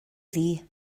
ddu